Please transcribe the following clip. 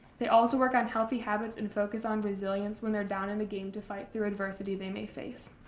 they also work on healthy habits and focus on resilience when they're down in a game to fight through adversity they may face.